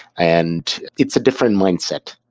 and it's a different mindset.